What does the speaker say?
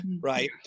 right